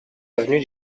avenue